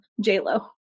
J-Lo